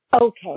Okay